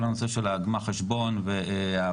כל הנושא של גמר החשבון והפנסיה,